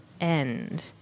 end